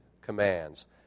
commands